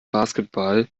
basketball